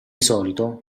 solito